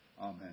Amen